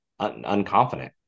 unconfident